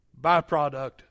byproduct